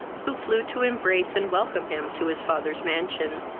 who flew to embrace and welcome him to his father's mansion,